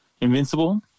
Invincible